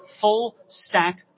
full-stack